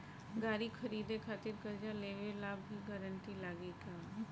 गाड़ी खरीदे खातिर कर्जा लेवे ला भी गारंटी लागी का?